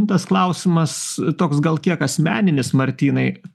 tas klausimas toks gal kiek asmeninis martynai